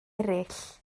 eraill